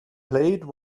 played